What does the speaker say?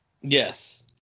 Yes